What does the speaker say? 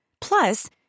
Plus